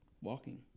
Walking